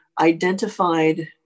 identified